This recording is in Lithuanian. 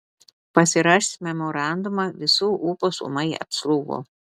pasirašius memorandumą visų ūpas ūmai atslūgo